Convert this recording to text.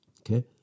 Okay